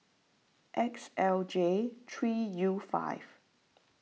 X L J three U five